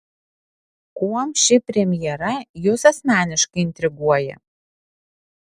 kuom ši premjera jus asmeniškai intriguoja